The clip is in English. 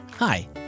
Hi